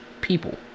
People